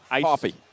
coffee